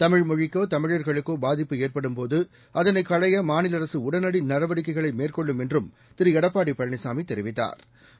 தமிழ் மொழிக்கோ தமிழர்களுக்கோ பாதிப்பு ஏற்டும்போது அதனை களைய மாநில அரசு உடனடி நடவடிக்கைகளை மேற்கொள்ளும் என்றும் திரு எடப்பாடி பழனிசாமி தெரிவித்தாா்